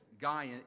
guy